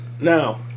Now